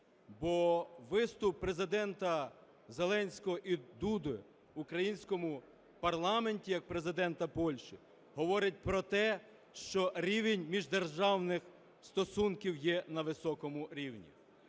бо виступ Президента Зеленського і Дуди в українському парламенті як Президента Польщі говорить про те, що рівень міждержавних стосунків є на високому рівні.